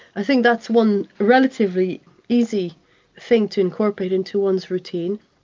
i think that's one relatively easy thing to incorporate into one's routine.